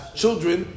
children